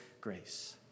grace